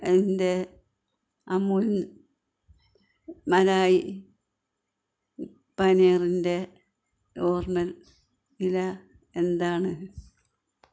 എന്റെ അമുൽ മലായ് പനീറിന്റെ ഓർണർ നില എന്താണ്